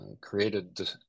created